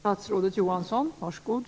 Vilka regler är det som skall gälla?